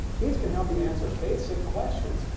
these can help you answer basic questions,